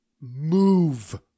Move